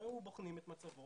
והיו בוחנים את מצבו.